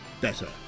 better